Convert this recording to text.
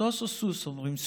סוֹס או סוּס אומרים?